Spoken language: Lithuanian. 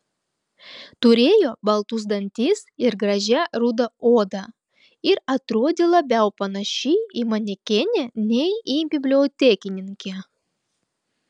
turėjo baltus dantis ir gražią rudą odą ir atrodė labiau panaši į manekenę nei į bibliotekininkę